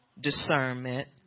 discernment